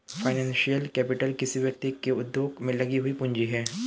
financial capital किसी व्यक्ति के उद्योग में लगी हुई पूंजी है